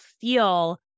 feel